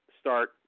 Start